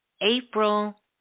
April